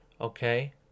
Okay